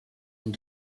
and